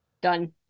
done